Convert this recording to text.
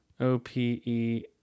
O-P-E